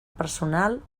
personal